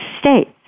states